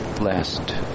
last